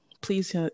please